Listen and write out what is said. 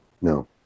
No